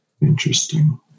interesting